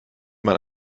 man